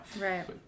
Right